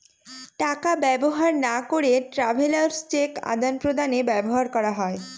টাকা ব্যবহার না করে ট্রাভেলার্স চেক আদান প্রদানে ব্যবহার করা হয়